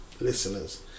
listeners